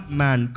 man